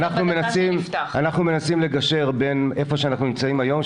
אנחנו מנסים לגשר בין איפה שאנחנו נמצאים היום,